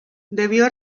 debió